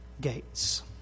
gates